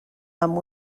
amb